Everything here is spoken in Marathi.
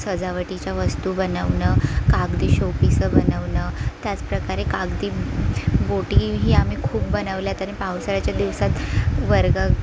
सजावटीच्या वस्तू बनवणं कागदी शोपीसं बनवणं त्याचप्रकारे कागदी बोटीही आम्ही खूप बनवल्या आहेत आणि पावसाळ्याच्या दिवसात वर्ग